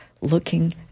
looking